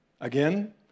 Again